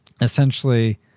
essentially